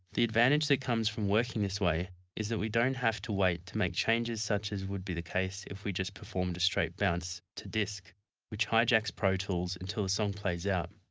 the advantage that comes from working this way is that we don't have to wait to make changes such as would be the case if we just performed a straight bounce to disk which hi-jacks pro tools until the song plays out.